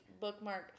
bookmark